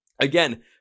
Again